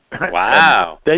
Wow